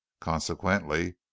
consequently